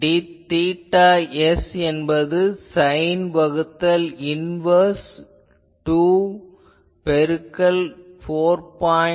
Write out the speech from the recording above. θS என்பது sine inverse 2 பெருக்கல் 4